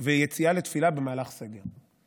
ליציאה לתפילה במהלך סגר.